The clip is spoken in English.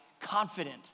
confident